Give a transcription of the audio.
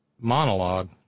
monologue